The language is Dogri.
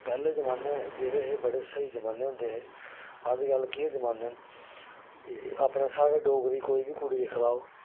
पैह्ले जमाने जेह्ड़े हे बड़े स्हेई जमाने होंदे हे अज्जकल केह् जमाने न अपने साब्भै डोगरी कोई बी कुड़ी गी